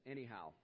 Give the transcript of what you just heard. Anyhow